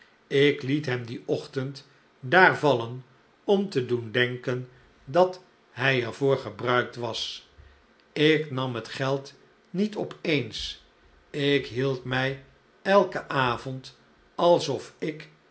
ik liet hem dien ochtend daar vallen om te doen denken dat hij er voor gebruikt was ik nam het geld niet op eens ik hield mij elken avond alsof ik